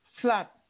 flat